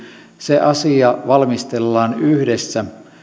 se asia valmistellaan yhdessä